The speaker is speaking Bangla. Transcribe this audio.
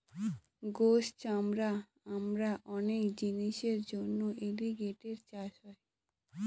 গোস, চামড়া আর অনেক জিনিসের জন্য এলিগেটের চাষ হয়